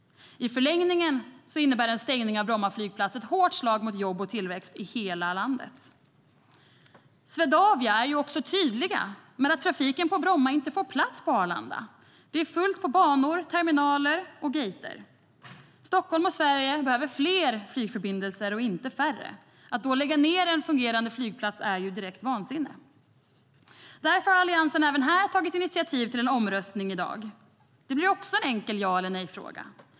I förlängningen innebär en stängning av Bromma flygplats ett hårt slag mot jobb och tillväxt i hela landet. På Swedavia är man också tydlig med att trafiken på Bromma inte får plats på Arlanda. Det är fullt på banor, i terminaler och i gater. Stockholm och Sverige behöver fler flygförbindelser, inte färre. Att då lägga ned en fungerande flygplats är direkt vansinne. Därför har Alliansen även här tagit initiativ till en omröstning i dag. Det blir också en enkel ja eller nejfråga.